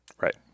Right